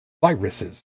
viruses